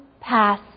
pass